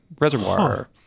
Reservoir